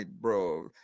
bro